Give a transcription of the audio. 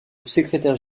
secrétaire